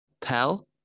Pal